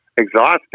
Exhausting